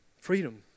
freedom